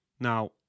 now